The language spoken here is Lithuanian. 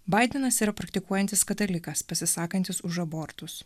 baidenas yra praktikuojantis katalikas pasisakantys už abortus